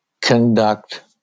conduct